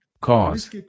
cause